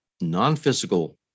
non-physical